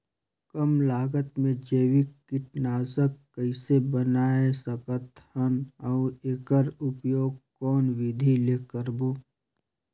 कम लागत मे जैविक कीटनाशक कइसे बनाय सकत हन अउ एकर उपयोग कौन विधि ले करबो?